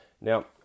Now